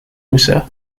user